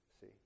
see